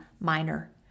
minor